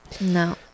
No